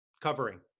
Covering